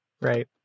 right